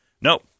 No